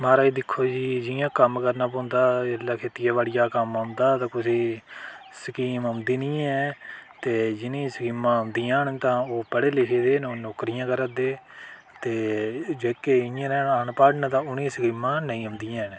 महाराज दिक्खो जी जियां कम्म करना पौंदा एल्ले खेती बाड़ी दा कम्म औंदा ऐ कुसै गी स्कीम औंदी नी ऐ ते जिन्हे स्कीमां औंदियां ओह् पढे़ लिखे दे न ओह् नौकरियां करा दे जेह्के इयां न अनपढ़ उनें गी स्कीमां नी औदियां न